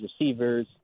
receivers